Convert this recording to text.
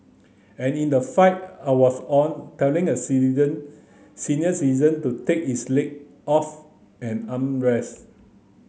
and in the flight I was on telling a senior citizen to take his leg off an armrest